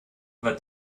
war